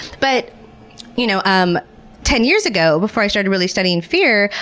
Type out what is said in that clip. but you know um ten years ago, before i started really studying fear,